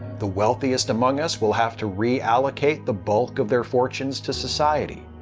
the wealthiest among us will have to reallocate the bulk of their fortunes to society.